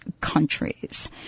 countries